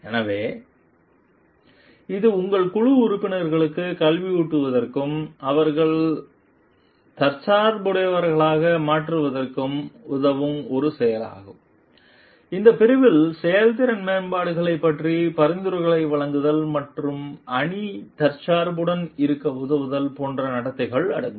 எனவே இது உங்கள் குழு உறுப்பினர்களுக்கு கல்வியூட்டுவதற்கும் அவர்கள் தற்சார்புடையவர்களாக மாறுவதற்கும் உதவும் ஒரு செயலாகும் இந்த பிரிவில் செயல்திறன் மேம்பாடுகளைப் பற்றிய பரிந்துரைகளை வழங்குதல் மற்றும் அணி தற்சார்புடன் இருக்க உதவுதல் போன்ற நடத்தைகள் அடங்கும்